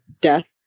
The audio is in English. death